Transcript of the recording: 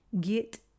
Get